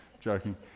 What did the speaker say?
Joking